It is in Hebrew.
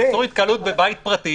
-- איסור התקהלות בבית פרטי,